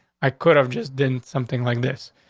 i could have just didn't something like this.